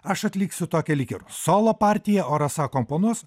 aš atliksiu tokią lyg ir solo partiją o rasa akompanuos